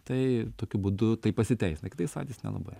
tai tokiu būdu tai pasiteisina kitais jis nelabai